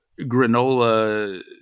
granola